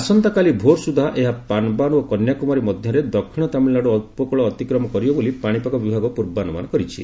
ଆସନ୍ତାକାଲି ଭୋରସୁଦ୍ଧା ଏହା ପାନବାନ ଓ କନ୍ୟାକୁମାରୀ ମଧ୍ୟରେ ଦକ୍ଷିଣ ତାମିଲନାଡୁ ଉପକୂଳ ଅତିକ୍ରମ କରିବ ବୋଲି ପାଶିପାଗ ବିଭାଗ ପୂର୍ବାନୁମାନ କରିଛି